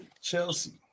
Chelsea